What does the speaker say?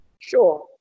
Sure